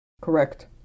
Correct